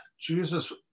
Jesus